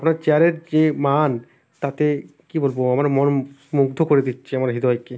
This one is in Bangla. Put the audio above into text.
আপনার চেয়ারের যে মান তাতে কি বলবো আমার মর মুগ্ধ করে দিচ্ছে আমার হৃদয়কে